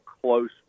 close